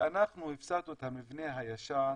שאנחנו הפסדנו את המבנה הישן